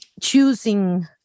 choosing